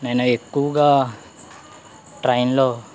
నేను ఎక్కువగా ట్రైన్లో